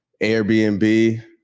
Airbnb